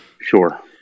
Sure